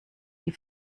die